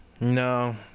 No